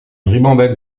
ribambelle